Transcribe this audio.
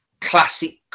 classic